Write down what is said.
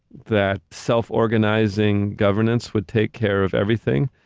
that self-organizing governance would take care of everything,